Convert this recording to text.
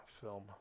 film